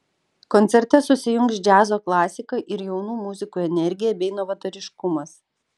koncerte susijungs džiazo klasika ir jaunų muzikų energija bei novatoriškumas